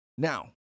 Now